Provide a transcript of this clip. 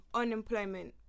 unemployment